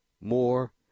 more